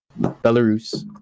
Belarus